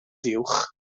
fuwch